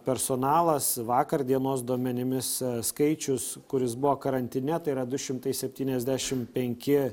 personalas vakar dienos duomenimis skaičius kuris buvo karantine tai yra du šimtai septyniasdešim penki